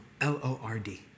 L-O-R-D